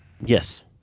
Yes